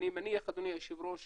אני מניח, אדוני היושב ראש,